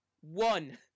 One